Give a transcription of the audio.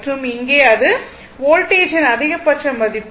மற்றும் இங்கே அது வோல்டேஜின் அதிகபட்ச மதிப்பு